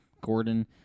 Gordon